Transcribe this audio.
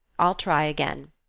i'll try again.